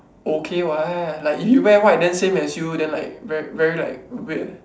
okay what like you wear white then same as you then like very very like weird